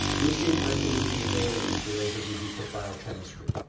leucine, isoleucine, valine, for those of you who took biochemistry.